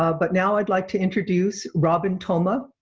um but now i'd like to introduce robin toma.